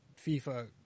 FIFA